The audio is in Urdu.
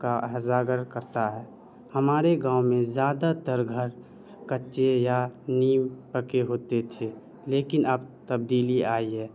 کا اجاگر کرتا ہے ہمارے گاؤں میں زیادہ تر گھر کچے یا نیم پکے ہوتے تھے لیکن اب تبدیلی آئی ہے